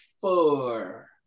four